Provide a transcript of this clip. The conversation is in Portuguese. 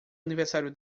aniversário